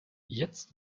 jetzt